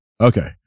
Okay